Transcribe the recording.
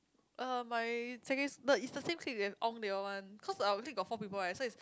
uh my secondary no it's the same clique with ong they all one cause our clique got four people right so is